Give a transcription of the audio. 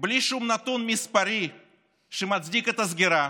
בלי שום נתון מספרי שמצדיק את הסגירה,